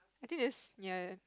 I think there's ya